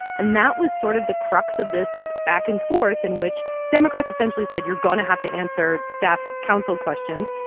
and that was sort of the crux of this back-and-forth in which democrats essentially said, you're going to have to answer staff counsel questions.